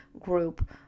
group